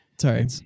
sorry